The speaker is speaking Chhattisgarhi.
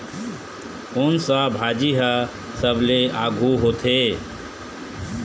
कोन सा भाजी हा सबले आघु होथे?